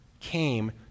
came